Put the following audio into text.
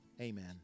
Amen